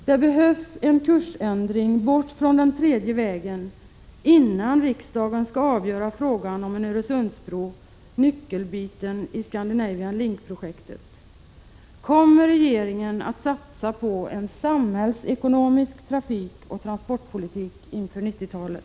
Det behövs en kursändring bort från den tredje vägen innan riksdagen skall avgöra frågan om en Öresundsbro, nyckelbiten i Scandinavian Link-projektet. Kommer regeringen att satsa på en samhällsekonomisk trafikoch transportpolitik inför 90-talet?